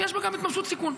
שיש בה גם התממשות סיכון.